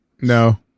No